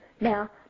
Now